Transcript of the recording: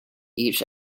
each